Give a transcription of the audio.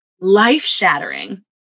life-shattering